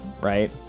right